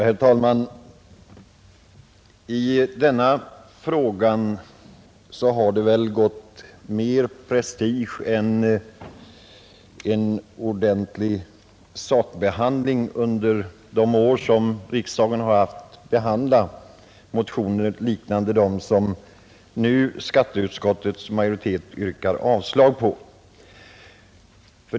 Herr talman! I denna fråga har det väl gått mer prestige än saklighet under de år som riksdagen haft att behandla motioner liknande den som skatteutskottets majoritet nu yrkar avslag på.